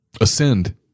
ascend